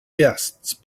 guests